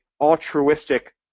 altruistic